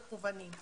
במקוון.